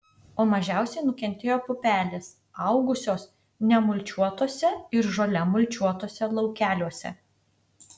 o mažiausiai nukentėjo pupelės augusios nemulčiuotuose ir žole mulčiuotuose laukeliuose